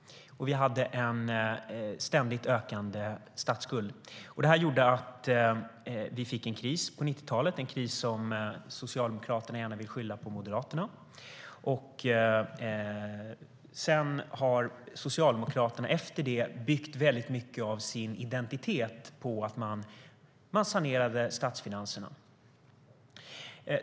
Vi hade en ständigt ökande statsskuld. Detta gjorde att vi fick en kris på 1990-talet - en kris som Socialdemokraterna gärna vill skylla på Moderaterna. Sedan har Socialdemokraterna efter det byggt väldigt mycket av sin identitet på att man sanerade statsfinanserna.